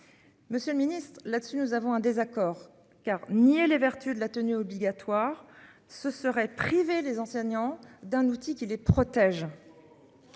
Monsieur le Ministre, là dessus, nous avons un désaccord car nier les vertus de la tenue obligatoire ce serait priver les enseignants d'un outil qui les protège.